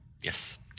Yes